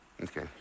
Okay